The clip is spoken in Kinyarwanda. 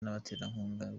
n’abaterankunga